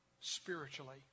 spiritually